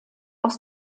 aus